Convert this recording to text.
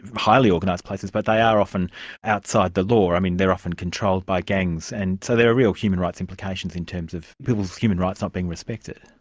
highly organised places, but they ah are often outside the law. i mean, they're often controlled by gangs, and so there are real human rights implications in terms of people's human rights not being respected.